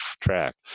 track